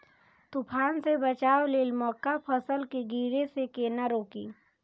तुफान से बचाव लेल मक्का फसल के गिरे से केना रोकी?